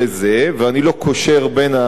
ואני לא קושר בין הדברים,